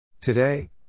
Today